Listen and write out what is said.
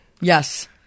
Yes